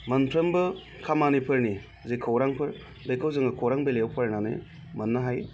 मोनफ्रोमबो खामानिफोरनि जे खौरांफोर बेखौ जोङो खौरां बिलाइयाव फरायनानै मोनो मोननो हायो